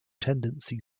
tendency